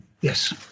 Yes